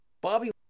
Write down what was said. Bobby